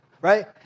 right